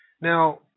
Now